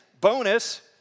bonus